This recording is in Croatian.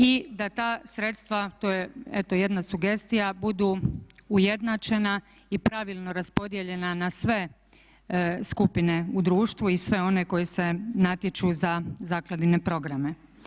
I da ta sredstva to je eto jedna sugestija budu ujednačena i pravilno raspodijeljena na sve skupine u društvu i sve one koji se natječu za zakladine programe.